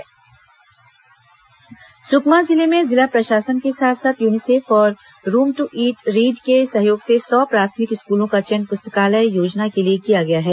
सुकमा पुस्तकालय योजना सुकमा जिले में जिला प्रशासन के साथ साथ यूनीसेफ और रूम टू रीड के सहयोग से सौ प्राथमिक स्कूलों का चयन पुस्तकालय योजना के लिए किया गया है